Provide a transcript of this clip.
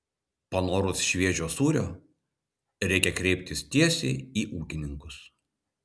panorus šviežio sūrio reikia kreiptis tiesiai į ūkininkus